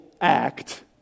act